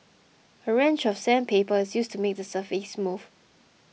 a range of sandpaper is used to make the surface smooth